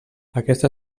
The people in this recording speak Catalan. aquesta